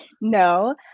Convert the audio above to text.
No